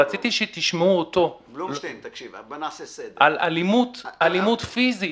רציתי שתשמעו אותו על אלימות פיזית,